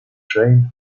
trains